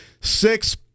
Six